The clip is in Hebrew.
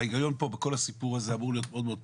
העיקרון בכל הסיפור הזה אמור להיות מאוד-מאוד פשוט: